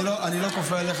אני לא כופה עליך,